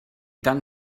tan